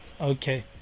Okay